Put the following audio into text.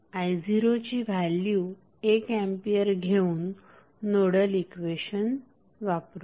i0ची value 1A घेऊन nodal equation वापरूया